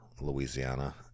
Louisiana